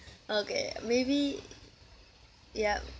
okay maybe yup